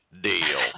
deal